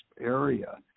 area